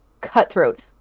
cutthroat